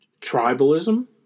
tribalism